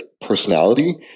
personality